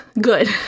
Good